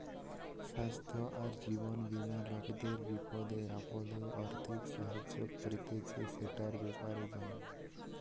স্বাস্থ্য আর জীবন বীমা লোকদের বিপদে আপদে আর্থিক সাহায্য করতিছে, সেটার ব্যাপারে জানা